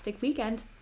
weekend